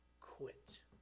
quit